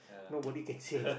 nobody can say any~